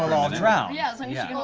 all ah drown. yeah so yeah